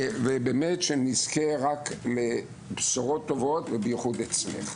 שנזכה רק לבשורות טובות ובייחוד אצלך.